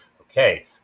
Okay